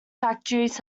factories